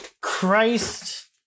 Christ